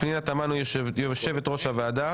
פנינה תמנו יושבת-ראש הוועדה